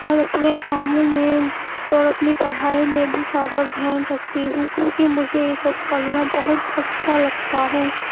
اور اپنے کاموں میں اور اپنی پڑھائی میں بھی زیادہ دھیان کرتی ہوں کیونکہ مجھے یہ سب کرنا بہت اچھا لگتا ہے